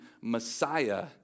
Messiah